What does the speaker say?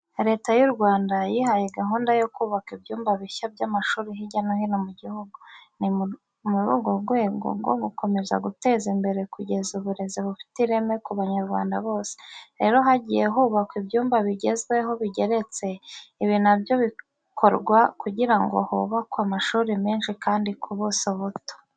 Leta y'u Rwanda yihaye gahunda yo kubaka ibyumba bishya by'amashuri hirya no hino mu gihugu, ni mu rwego rwo gukomeza guteza imbere no kugeza uburezi bufite ireme ku Banyarwanda bose. Rero hagiye hubakwa ibyumba bigezweho bigeretse, ibi na byo bikorwa kugira ngo hubakwe amashuri menshi kandi ku buso buto.